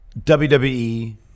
WWE